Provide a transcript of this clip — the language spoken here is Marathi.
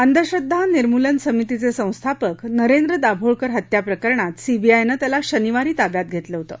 अंधश्रद्वा निमूर्लन समितीचे संस्थापक नरेंद्र दाभोळकर हत्या प्रकरणात सीबीआयनं त्याला शनिवारी ताब्यात घेतलं होतं